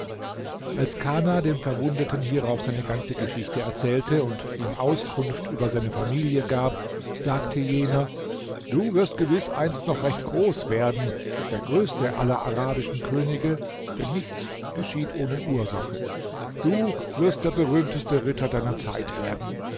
als kana dem verwundeten hierauf seine ganze geschichte erzählte und ihm auskunft über seine familie gab sagte jener du wirst gewiß einst noch recht groß werden der größte aller arabischen könige denn nichts geschieht ohne ursache du wirst der berühmteste ritter deiner zeit werden